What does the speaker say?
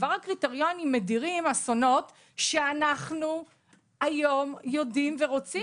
כבר הקריטריונים מדירים אסונות שאנחנו היום יודעים ורוצים,